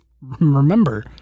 remember